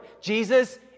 Jesus